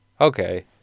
okay